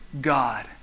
God